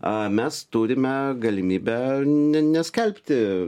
a mes turime galimybę ne neskelbti